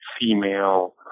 female